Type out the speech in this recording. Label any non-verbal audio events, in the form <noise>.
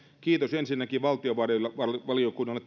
kiitos ensinnäkin valtiovarainvaliokunnalle <unintelligible>